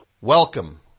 Welcome